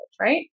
right